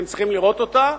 אתם צריכים לראות אותה.